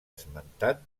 esmentat